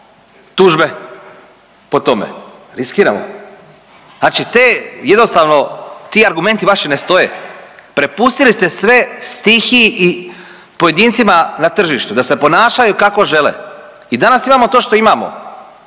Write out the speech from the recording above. tužbe po tome? Riskiramo. Znači te jednostavno ti argumenti vaši ne stoje. Prepustili ste sve stihiji i pojedincima na tržištu da se ponašaju kako žele i danas imamo to što imamo.